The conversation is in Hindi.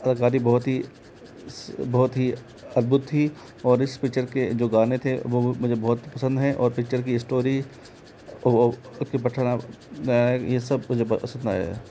अदाकारी बहुत ही बहुत ही अद्भुत थी और इस पिक्चर के जो गाने थे वह मुझे बहुत पसंद हैं और पिक्चर की स्टोरी यह सब मुझे बहुत पसंद आया है